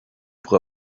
pour